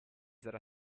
sarà